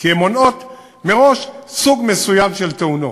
כי הן מונעות מראש סוג מסוים של תאונות,